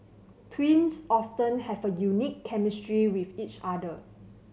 twins often have a unique chemistry with each other